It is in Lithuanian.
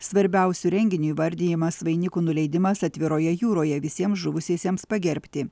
svarbiausiu renginiu įvardijamas vainikų nuleidimas atviroje jūroje visiems žuvusiesiems pagerbti